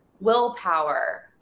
willpower